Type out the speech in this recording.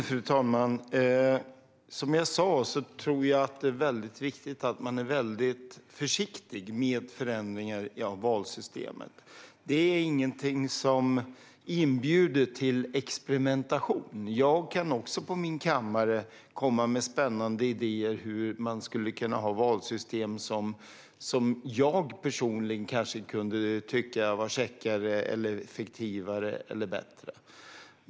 Fru talman! Som jag sa tror jag att det är viktigt att man är väldigt försiktig med förändringar av valsystemet. Det är ingenting som inbjuder till experimenterande. Jag kan också på min kammare komma med spännande idéer om hur man skulle kunna ha valsystem som jag personligen kanske kunde tycka var käckare, effektivare eller bättre.